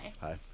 hi